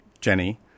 Jenny